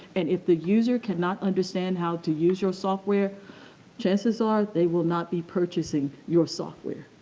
and if the user cannot understand how to use your software chances are, they will not be purchasing your software.